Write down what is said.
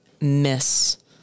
miss